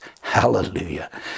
hallelujah